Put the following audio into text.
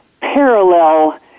parallel